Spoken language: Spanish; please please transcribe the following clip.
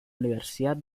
universidad